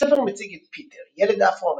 הספר מציג את פיטר, ילד אפרו-אמריקאי,